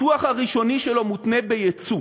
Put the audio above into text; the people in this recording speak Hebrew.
הפיתוח הראשוני שלו מותנה בייצוא.